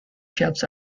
shelves